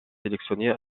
sélectionnée